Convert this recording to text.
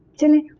tell me